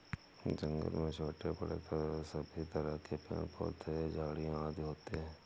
जंगल में छोटे बड़े सभी तरह के पेड़ पौधे झाड़ियां आदि होती हैं